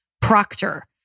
Proctor